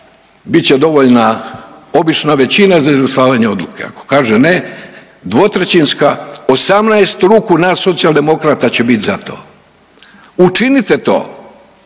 će dovoljna obična većina za izglasavan je odluke, ako kaže ne dvotrećinska. 18 ruku nas Socijaldemokrata će bit za to. Učinite to,